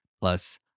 Plus